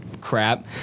crap